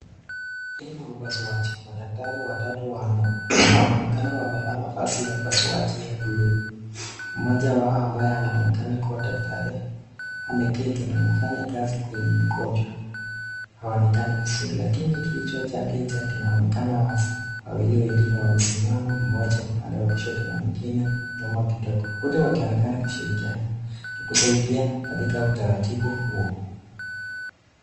Hii ni upasuaji. Madaktari watatu wanaonekana wamevaa mavazi ya upasuaji ya blue . Mmoja wao ambaye anaonekana kuwa daktari ameketi na anafanya kazi kwenye mgonjwa. Haonekani vizuri lakini kichwa chake kinaonekana wazi. Wawili wengine wamesimama, mmoja upande wa kushoto na mwingine nyuma kidogo. Wote wakionekana kushirikiana na kusaidia katika utaratibu huo.